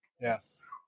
Yes